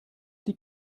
die